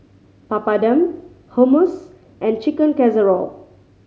Papadum Hummus and Chicken Casserole